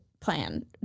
plan